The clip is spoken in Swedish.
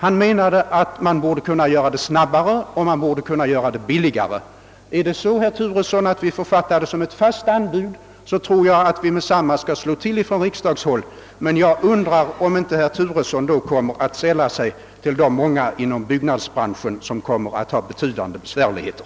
Han menade att frågan borde kunna lösas både snabbare och billigare. Är det så, herr Turesson, att vi får betrakta detta som ett fast anbud, tror jag att vi bör slå till med detsamma. Men jag undrar om inte herr Turesson då kommer att sälla sig till de många inom byggnadsbranschen som har betydande svårigheter.